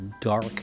dark